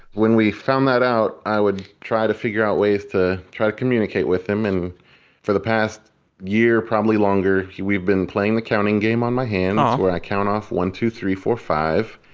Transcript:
when we found that out, i would try to figure out ways to try to communicate with him. and for the past year, probably longer, we've been playing the counting game on my hands where i count off one, two, three, four, five,